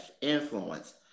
influence